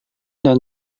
dan